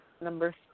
number